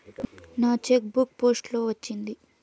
నా cheque book post లో వచ్చింది